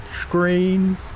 screen